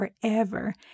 forever